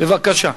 בבקשה.